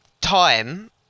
time